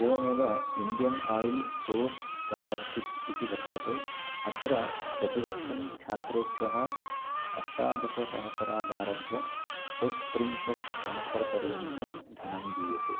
एवमेव Indian Oil sports scholarship इति वर्तते अत्र प्रतिवर्षं छात्रेभ्यः अष्टादशसहस्रादारभ्य षट्त्रिंशत् सहस्रपर्यन्तं धनं दीयते